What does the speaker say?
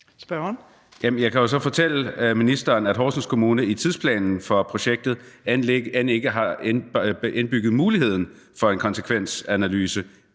jeg kan jo så fortælle ministeren, at Horsens Kommune i tidsplanen for projektet end ikke har indbygget muligheden for en konsekvensanalyse,